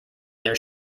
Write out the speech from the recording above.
their